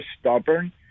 stubborn